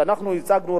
שאנחנו הצגנו,